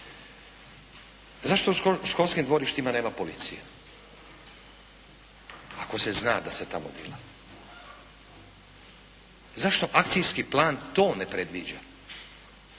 Zašto u školskim dvorištima nema policije ako se zna da se tamo dila? Zašto akcijski plan to ne predviđa.